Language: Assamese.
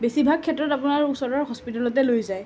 বেছিভাগ ক্ষেত্ৰত আপোনাৰ ওচৰৰ হস্পিটেলতে লৈ যায়